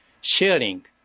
sharing